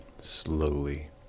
slowly